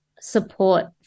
support